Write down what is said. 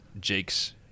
Jake's